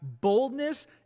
boldness